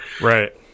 Right